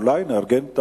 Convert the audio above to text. אולי נארגן,